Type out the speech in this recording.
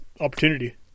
opportunity